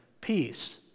Peace